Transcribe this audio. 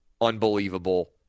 unbelievable